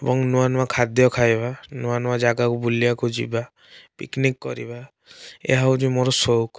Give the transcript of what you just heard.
ଏବଂ ନୂଆ ନୂଆ ଖାଦ୍ୟ ଖାଇବା ନୂଆ ନୂଆ ଜାଗାକୁ ବୁଲିବାକୁ ଯିବା ପିକ୍ନିକ୍ କରିବା ଏହା ହେଉଛି ମୋର ସଉକ